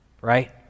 right